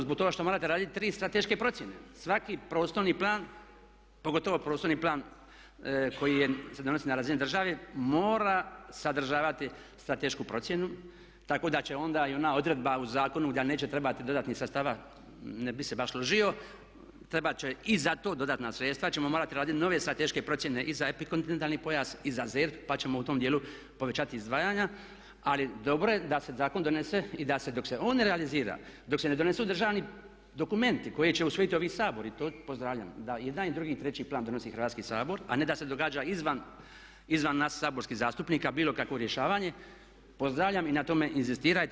Zbog toga što morate raditi tri strateške procjene, svaki prostorni plan, pogotovo prostorni plan koji je, se donosi na razini države, mora sadržavati stratešku procjenu tako da će onda i ona odredba u zakonu da neće trebati dodatnih sastava, ne bih se baš složio, trebat će i za to dodatna sredstva, ćemo morati raditi nove strateške procjene i za epikontinentalni pojas i za ZERP pa ćemo u tom djelu povećati izdvajanja ali dobro je da se zakon donese i da se dok se on ne realizira, dok se ne donesu državni dokumenti koji će usvojiti ovaj Sabor i to pozdravljam, da i jedan i drugi i treći plan donosi Hrvatski sabor a ne da se događa izvan nas saborskih zastupnika bilo kakvo rješavanje pozdravljam i na tome inzistirajte.